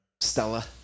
Stella